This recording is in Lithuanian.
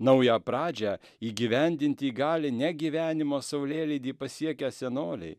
naują pradžią įgyvendinti gali ne gyvenimo saulėlydį pasiekę senoliai